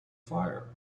fire